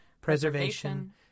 preservation